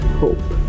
hope